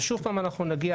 ושוב פעם אנחנו נגיע,